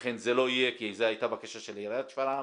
לכן זה לא יהיה כי זו הייתה בקשה של עיריית שפרעם.